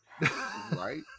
Right